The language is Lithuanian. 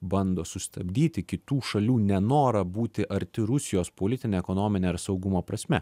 bando sustabdyti kitų šalių nenorą būti arti rusijos politine ekonomine ir saugumo prasme